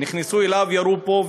לאנשי החינוך,